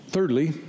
Thirdly